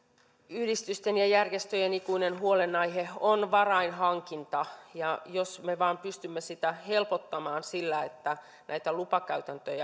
yhdistysten ja järjestöjen ikuinen huolenaihe on varainhankinta ja jos me vain pystymme sitä helpottamaan sillä että näitä lupakäytäntöjä